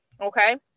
Okay